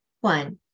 One